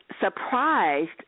surprised